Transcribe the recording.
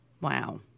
Wow